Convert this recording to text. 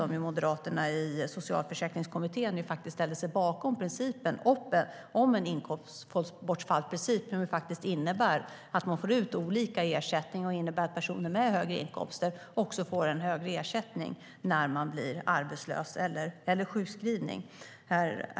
Moderaterna i Socialförsäkringskommittén ställde sig bakom en inkomstbortfallsprincip som innebär att människor får ut olika ersättning och som innebär att personer med en högre inkomst också får en högre ersättning när de blir arbetslösa eller vid sjukskrivning.